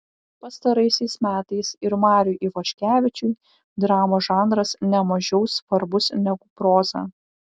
pastaraisiais metais ir mariui ivaškevičiui dramos žanras ne mažiau svarbus negu proza